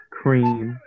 cream